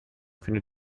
findet